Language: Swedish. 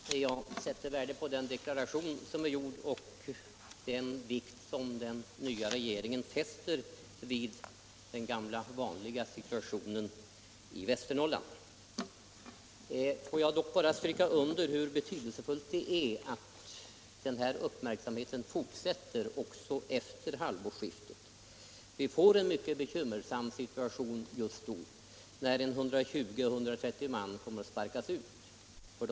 Herr talman! Jag sätter värde på deklarationen om den vikt som den nya regeringen fäster vid den gamla vanliga situationen i Västernorrland. Får jag dock understryka hur betydelsefullt det är att regeringen fortsätter med denna uppmärksamhet även efter halvårsskiftet, eftersom vi får en mycket bekymmersam situation just då, när 120-130 man kommer att sparkas ut från vägarbetena.